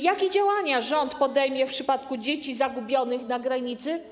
Jakie działania rząd podejmie w przypadku dzieci zagubionych na granicy?